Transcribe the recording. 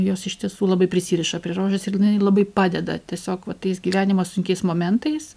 jos iš tiesų labai prisiriša prie rožės ir jinai labai padeda tiesiog va tais gyvenimo sunkiais momentais